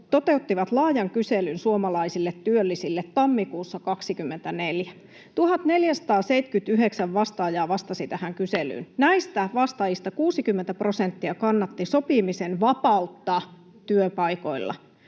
toteutti laajan kyselyn suomalaisille työllisille tammikuussa 24. Tähän kyselyyn vastasi 1 479 vastaajaa. Näistä vastaajista 60 prosenttia kannatti sopimisen vapautta työpaikoilla.